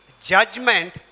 judgment